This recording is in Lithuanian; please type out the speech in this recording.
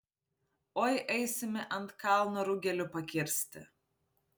oi eisime ant kalno rugelių pakirsti